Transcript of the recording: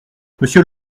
monsieur